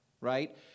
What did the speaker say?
right